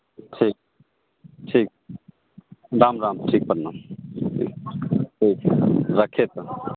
ठीक ठीक राम राम ठीक प्रणाम ठीक है रखिये तब